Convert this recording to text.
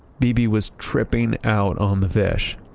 beebe was tripping out on the fish.